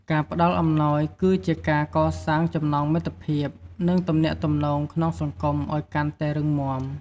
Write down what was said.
ការផ្តល់អំណោយគឺជាការកសាងចំណងមិត្តភាព និងទំនាក់ទំនងក្នុងសង្គមឱ្យកាន់តែរឹងមាំ។